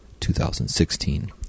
2016